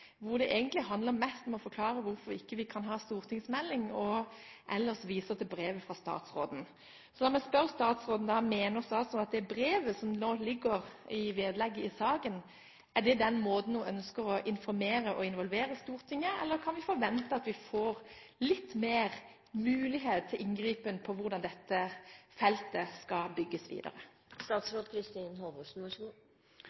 hvor det egentlig handler mest om å forklare hvorfor vi ikke kan ha en stortingsmelding, og man ellers viser til brevet fra statsråden. La meg da spørre statsråden: Mener statsråden at det brevet som ligger som vedlegg i saken, er den måten hun ønsker å informere og involvere Stortinget på, eller kan vi forvente at vi får litt større mulighet til inngripen med hensyn til hvordan dette feltet skal bygges videre?